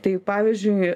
tai pavyzdžiui